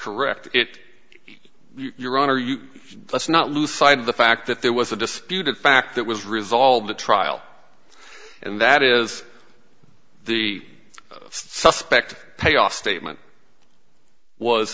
correct it your honor you let's not lose sight of the fact that there was a dispute that fact that was resolved at trial and that is the suspect payoff statement was